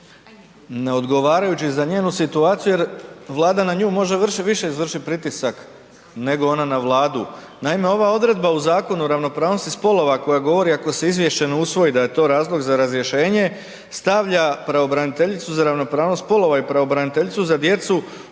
neodgovarajući za njenu situaciju jer Vlada na nju može više izvršiti pritisak nego ona na Vladu. Naime, ova odredba u Zakonu o ravnopravnosti spolova koja govori ako se izvješće ne usvoji da je to razlog za razrješenje, stavlja pravobraniteljicu za ravnopravnost spolova i pravobraniteljicu za djecu,